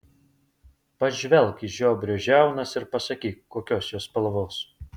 pažvelk į žiobrio žiaunas ir pasakyk kokios jos spalvos